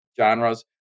genres